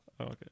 okay